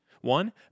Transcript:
One